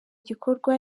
gikorwa